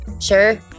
Sure